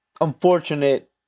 unfortunate